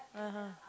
uh-huh